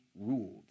ruled